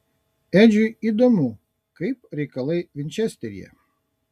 edžiui įdomu kaip reikalai vinčesteryje